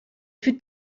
für